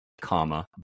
comma